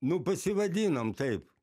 nu pasivadinom taip